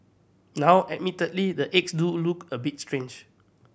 now admittedly the eggs do look a bit strange